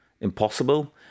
Impossible